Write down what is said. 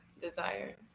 desire